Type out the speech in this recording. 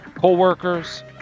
co-workers